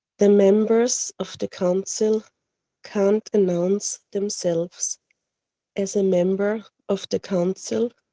the members of the council can't announce themselves as a member of the council,